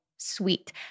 Sweet